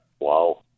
Wow